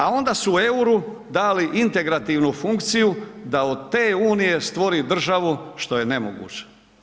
A onda su suru dali integrativnu funkciju da od te unije stvori državu što je nemoguće.